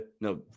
no